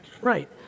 Right